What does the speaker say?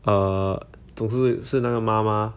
err 都是是那个妈妈